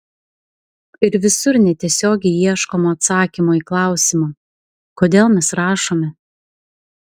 ir visur netiesiogiai ieškoma atsakymo į klausimą kodėl mes rašome